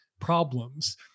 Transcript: problems